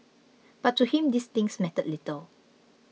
but to him these things mattered little